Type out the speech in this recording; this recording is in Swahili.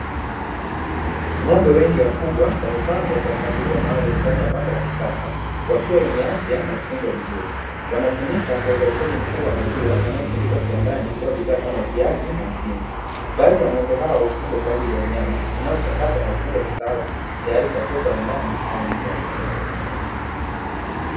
Ng'ombe wengi wakubwa wamepangwa kwa mpangilio maalum wakiwa wenye afya na kutunzwa vizuri watumika kwenye uzalishaji wa maziwa yanayosindikwa kiwandani kuwa kama siagi na mtindi, baadhi ya ng'ombe hao hufungwa kwa ajili ya nyama inayofungwa na kuchakatwa kitaalam tayari kwa soko la ndani au nje ya nchi.